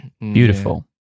Beautiful